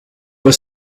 was